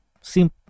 simp